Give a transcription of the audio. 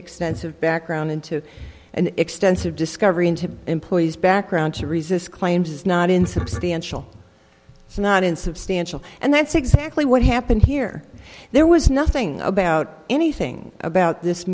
extensive background into an extensive discovery into the employee's background to resist claims it's not insubstantial it's not insubstantial and that's exactly what happened here there was nothing about anything about this